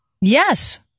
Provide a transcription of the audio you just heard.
Yes